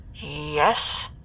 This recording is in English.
Yes